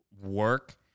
work